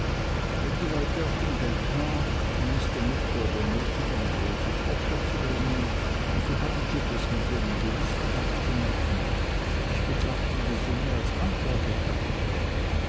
wenn die leute auf dem geldmarkt mr micawber nötigen ein großes opfer zu bringen so haben sie das mit ihrem gewissen abzumachen ich betrachte die summe als anlagekapital